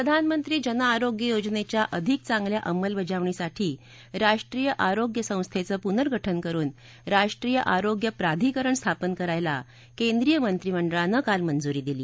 प्रधानमंत्री जनआरोग्य योजनेच्या अधिक चांगल्या अंमलबजावणीसाठी राष्ट्रीय आरोग्य संस्थेचं पुनर्गठन करून राष्ट्रीय आरोग्य प्राधिकरण स्थापन करायला केंद्रीय मंत्रिमंडळानं काल मंजुरी दिली